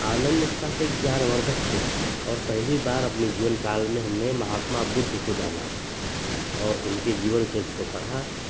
आनन्द के साथ एक ज्ञानवर्धक ट्रिप था और पहली बार आपने जीवन काल में हमने महात्मा बुद्ध को जाना और उनके जीवन चरित्र को पढ़ा